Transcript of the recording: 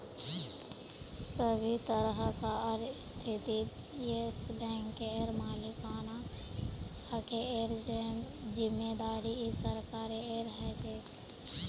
सभी तरहकार स्थितित येस बैंकेर मालिकाना हकेर जिम्मेदारी सरकारेर ह छे